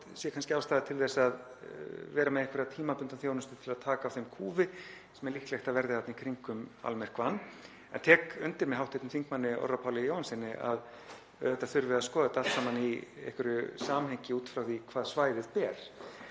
sé kannski ástæða til þess að vera með einhverja tímabundna þjónustu til að taka á þeim kúfi sem er mjög líklegt að verði þarna í kringum almyrkvann. Ég tek undir með hv. þm. Orra Páli Jóhannssyni að auðvitað þurfum við að skoða þetta allt saman í einhverju samhengi út frá því hvað svæðið ber